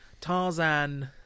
Tarzan